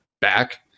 back